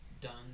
done